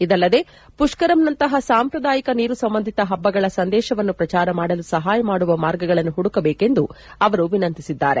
ಇದಲ್ಲದೆ ಪುಷ್ಕರಮ್ ನಂತಹ ಸಾಂಪ್ರದಾಯಿಕ ನೀರು ಸಂಬಂಧಿತ ಪಬ್ಬಗಳ ಸಂದೇಶವನ್ನು ಪ್ರಚಾರ ಮಾಡಲು ಸಹಾಯ ಮಾಡುವ ಮಾರ್ಗಗಳನ್ನು ಪುಡುಕಬೇಕೆಂದು ಅವರು ವಿನಂತಿಸಿದ್ದಾರೆ